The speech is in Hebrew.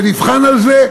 ונבחן על זה,